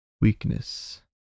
weakness